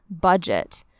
budget